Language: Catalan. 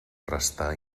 restà